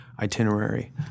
Itinerary